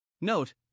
Note